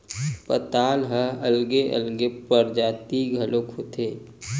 पताल ह अलगे अलगे परजाति घलोक होथे